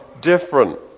different